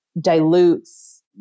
dilutes